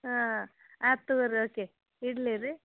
ಹಾಂ ಆಯ್ತ್ ತೊಗೋರಾಕೆ ಇಡ್ಲೇ ರೀ